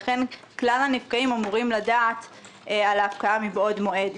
לכן כלל הנפגעים אמורים לדעת על ההפקעה מבעוד מועד.